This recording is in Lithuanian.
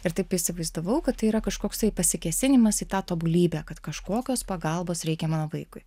ir taip įsivaizdavau kad tai yra kažkoksai pasikėsinimas į tą tobulybę kad kažkokios pagalbos reikia mano vaikui